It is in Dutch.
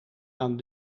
aan